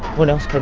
what else can